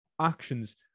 actions